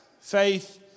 faith